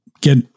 get